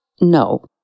no